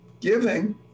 Giving